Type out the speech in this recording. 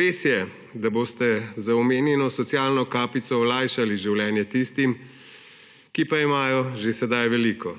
Res je, da boste z omenjeno socialno kapico olajšali življenje tistim, ki pa imajo že sedaj veliko,